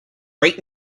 great